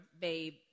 babe